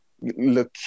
look